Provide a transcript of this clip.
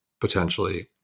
potentially